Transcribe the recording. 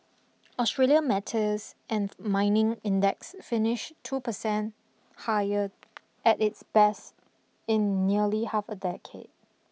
Australia metals and mining index finished two percent higher at its best in nearly half a decade